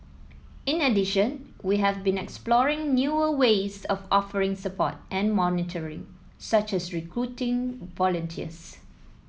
in addition we have been exploring newer ways of offering support and monitoring such as recruiting volunteers